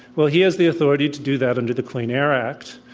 well, he has the authority to do that under the clean air act,